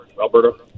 Alberta